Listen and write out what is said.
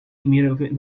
immediately